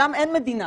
שם אין מדינה.